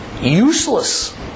useless